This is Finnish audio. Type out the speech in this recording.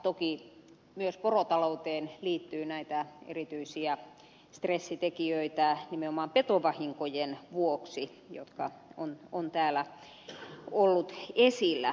toki myös porotalouteen liittyy näitä erityisiä stressitekijöitä nimenomaan petovahinkojen vuoksi jotka ovat täällä olleet esillä